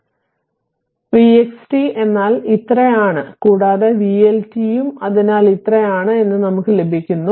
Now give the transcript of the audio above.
അതിനാൽ vxt എന്നാൽ ഇത്ര ആണ് കൂടാതെ vLt ഉം എന്നാൽ ഇത്ര ആണ് എന്ന് നമുക്ക് ലഭിക്കുന്നു